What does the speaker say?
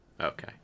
Okay